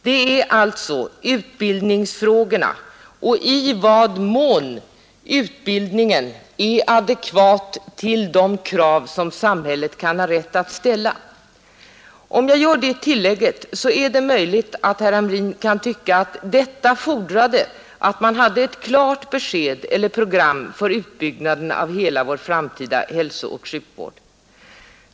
Man skall alltså undersöka utbildningsförhållandena och frågan i vad mån utbildningen är adekvat i förhållande till de krav som samhället ställer. Om jag gör det tillägget, är det möjligt att herr Hamrin tycker att detta fordrar att man har ett klart program för utbyggnaden av hela vår framtida hälsooch sjukvård.